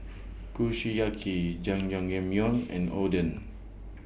Kushiyaki Jajangmyeon and Oden